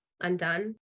undone